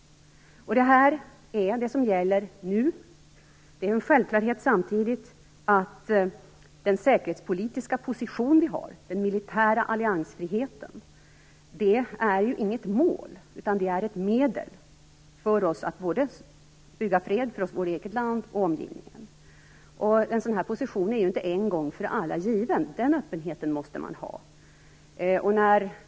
Det är vad som gäller nu. Samtidigt är det en självklarhet att den säkerhetspolitiska position vi har, militär alliansfrihet, inte är något mål utan ett medel för oss att bygga fred för vårt eget land och i omgivningen. En sådan position är inte en gång för alla given. Den öppenheten måste man ha.